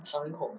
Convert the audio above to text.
尝一口